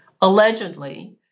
allegedly